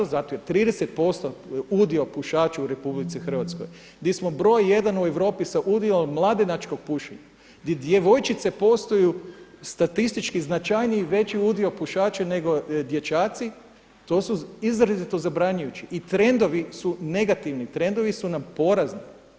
Jer zato 30% udio pušača u RH gdje smo broj jedan u Europi sa udjelom mladenačkog pušenja, gdje djevojčice postaju statistički značajniji, veći udio pušača nego dječaci to su izrazito zabranjujući i trendovi su negativni, trendovi su nam porazni.